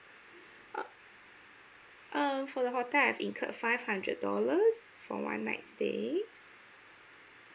uh for the hotel have incurred five hundred dollars for one night stay